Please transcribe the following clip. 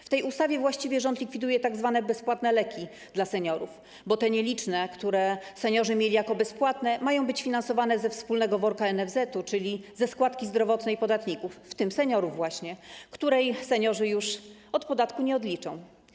W tej ustawie rząd właściwie likwiduje tzw. bezpłatne leki dla seniorów, bo te nieliczne, które były dla nich bezpłatne, mają być finansowane ze wspólnego worka NFZ-etu, czyli ze składki zdrowotnej podatników, w tym seniorów właśnie, której seniorzy już od podatku nie odliczą.